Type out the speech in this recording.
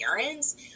parents